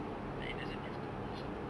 like it doesn't have to be somewhere